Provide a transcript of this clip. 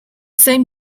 same